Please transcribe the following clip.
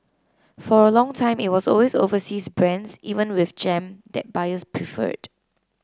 for a long time it was always overseas brands even with jam that buyers preferred